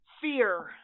fear